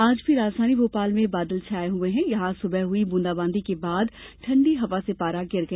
आज भी राजधानी भोपाल में बादल छाए हुए हैं यहां सुबह हुई ब्रंदा बांदी के बाद ठंडी हवा से पारा गिर गया